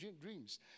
dreams